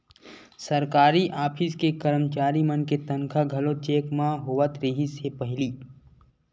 सरकारी ऑफिस के करमचारी मन के तनखा घलो चेक म होवत रिहिस हे पहिली